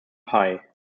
pie